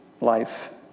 life